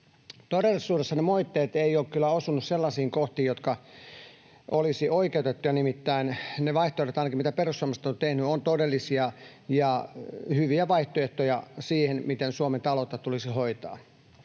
Todellisuudessa ne moitteet eivät ole kyllä osuneet sellaisiin kohtiin, jotka olisivat oikeutettuja, nimittäin ainakin ne vaihtoehdot, mitä perussuomalaiset ovat tehneet, ovat todellisia ja hyviä vaihtoehtoja siihen, miten Suomen taloutta tulisi hoitaa.